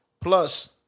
plus